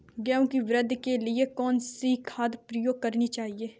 गेहूँ की वृद्धि के लिए कौनसी खाद प्रयोग करनी चाहिए?